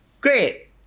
great